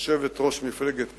יושבת-ראש מפלגת קדימה,